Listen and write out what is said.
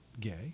gay